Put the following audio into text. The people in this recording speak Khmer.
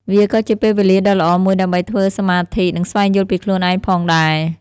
វាក៏ជាពេលវេលាដ៏ល្អមួយដើម្បីធ្វើសមាធិនិងស្វែងយល់ពីខ្លួនឯងផងដែរ។